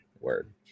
Word